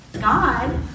God